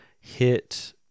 hit